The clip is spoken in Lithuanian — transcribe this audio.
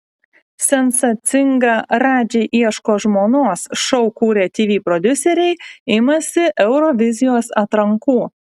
sensacingą radži ieško žmonos šou kūrę tv prodiuseriai imasi eurovizijos atrankų